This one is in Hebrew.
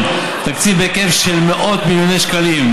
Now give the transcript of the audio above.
תקציב בהיקף של מאות מיליוני שקלים,